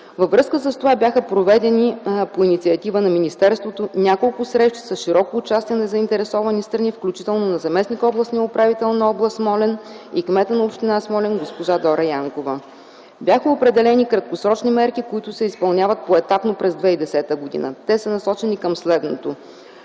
Във връзка с това бяха проведени по инициатива на министерството няколко срещи с широко участие на заинтересовани страни, включително на заместник-областния управител на област Смолян и кметът на община Смолян госпожа Дора Янкова. Бяха определени краткосрочни мерки, които се изпълняват поетапно през 2010 г. Те са насочени към следното: